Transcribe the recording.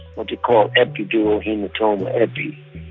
what they call epidural hematoma, epi,